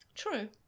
True